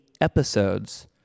episodes